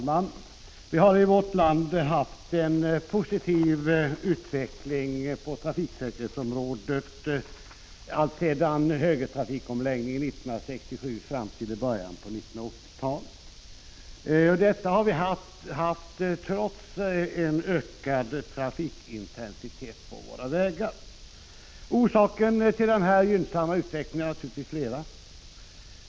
Herr talman! Vi har i vårt land haft en positiv utveckling på trafiksäkerhetsområdet alltsedan omläggningen till högertrafik 1967 fram till början av 1980-talet. Detta har vi haft trots en ökad trafikintensitet på våra vägar. Det finns naturligtvis flera orsaker till denna gynsamma utveckling.